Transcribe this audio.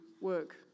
work